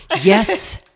yes